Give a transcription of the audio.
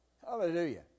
Hallelujah